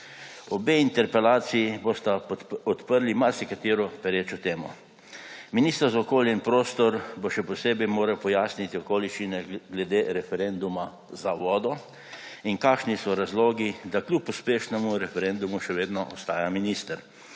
Obe interpelaciji bosta odprli marsikatero perečo temo. Minister za okolje in prostor bo še posebej moral pojasniti okoliščine glede referenduma za vodo in kakšni so razlogi, da kljub uspešnemu referendumu še vedno ostaja minister.